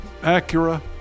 Acura